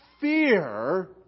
fear